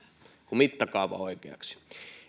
mittakaava oikeaksi